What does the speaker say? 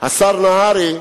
השר נהרי,